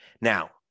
now